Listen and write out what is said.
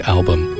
Album